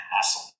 hassle